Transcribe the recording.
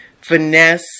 finesse